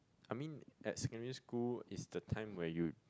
I mean at secondary school is the time where you